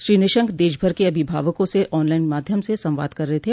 श्री निशंक देशभर के अभिभावकों से ऑनलाइन माध्यम से संवाद कर रहे थे